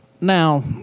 Now